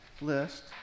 list